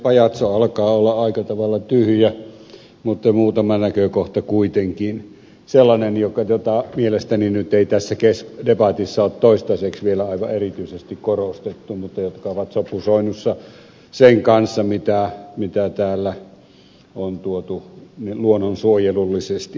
pajatso alkaa olla aika tavalla tyhjä mutta muutama näkökohta kuitenkin sellainen jota mielestäni nyt ei tässä debatissa ole toistaiseksi vielä aivan erityisesti korostettu mutta joka on sopusoinnussa sen kanssa mitä täällä on tuotu luonnonsuojelullisesti esiin